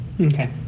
Okay